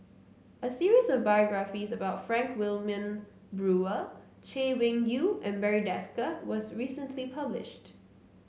a series of biographies about Frank Wilmin Brewer Chay Weng Yew and Barry Desker was recently published